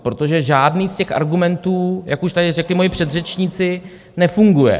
Protože žádný z těch argumentů, jak už tady řekli moji předřečníci, nefunguje.